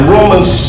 Romans